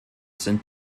sind